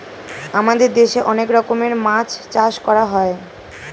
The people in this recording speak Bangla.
আমাদের দেশে অনেক রকমের মাছ চাষ করা হয়